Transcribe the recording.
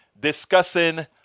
discussing